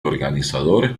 organizador